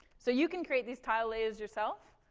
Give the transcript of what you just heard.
so you can create these tiles layers yourself.